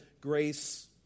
grace